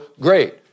great